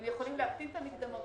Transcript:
הם יכולים להקטין את המקדמות,